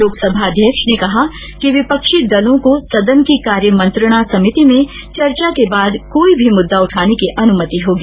लोकसभा अध्यक्ष ने कहा कि विपक्षी दलों को सदन की कार्य मंत्रणा समिति में चर्चा के बाद कोई भी मुद्दा उठाने की अनुमति होगी